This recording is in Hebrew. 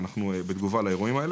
ואנחנו בתגובה לאירועים האלה.